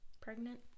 pregnant